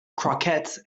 croquettes